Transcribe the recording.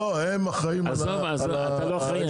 לא, הם אחראים על ה --- עזוב, אתה לא אחראי?